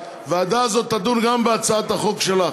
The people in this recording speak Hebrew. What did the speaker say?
הוועדה הזאת תדון גם בהצעת החוק שלך,